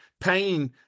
Pain